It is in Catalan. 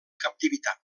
captivitat